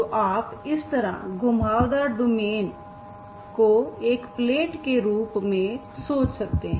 तो आप इस तरह घुमावदार डोमेन को एक प्लेट के रूप में सोच सकते हैं